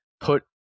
put